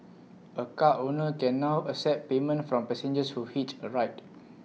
A car owner can now accept payment from passengers who hitch A ride